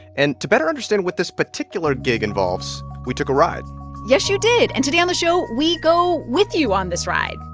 and to better understand what this particular gig involves, we took a ride yes, you did. and today on the show, we go with you on this ride,